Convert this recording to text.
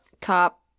cop